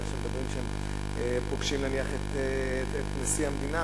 איך שהם מדברים כשהם פוגשים נניח את נשיא המדינה,